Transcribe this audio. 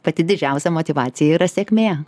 pati didžiausia motyvacija yra sėkmė